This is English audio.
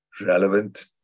relevant